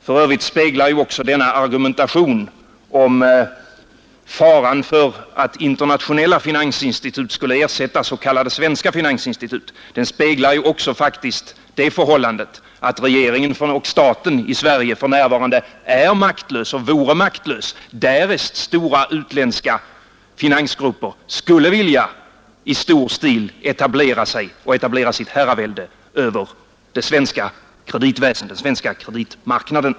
För övrigt speglar denna argumentation om faran för att internationella finansinstitut skulle ersätta s.k. svenska finansinstitut faktiskt också det förhållandet att regeringen och staten i Sverige för närvarande är maktlösa och vore maktlösa därest stora utländska finansgrupper skulle vilja i stor stil etablera sitt herravälde över den svenska kreditmarknaden.